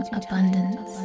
abundance